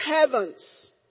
heavens